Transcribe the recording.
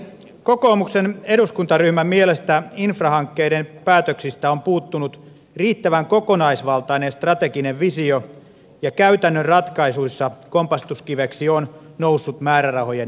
kokoomuksen eduskuntaryhmän mielestä infrahankkeiden päätöksistä on puuttunut riittävän kokonaisvaltainen strateginen visio ja käytännön ratkaisuissa kompastuskiveksi on noussut määrärahojen niukkuus